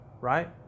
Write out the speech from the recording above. right